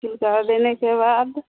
छिलका देने के बाद